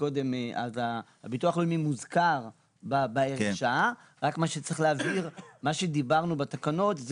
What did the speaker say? הביטוח הלאומי מוזכר ומה שצריך להגדיר זה מה שדיברנו בתקנות,